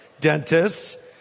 Dentists